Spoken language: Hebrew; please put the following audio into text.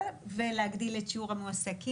וככה להגדיל את שיעור המועסקים.